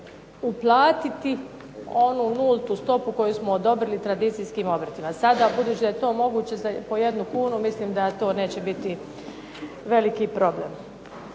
uplatiti onu nultu stopu koju smo dobili tradicijskim obrtima. Sada budući da je to moguće po 1 kunu, mislim da to neće biti veliki problem.